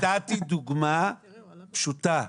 נתתי דוגמה פשוטה.